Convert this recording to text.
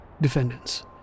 defendants